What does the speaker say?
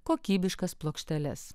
kokybiškas plokšteles